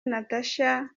natasha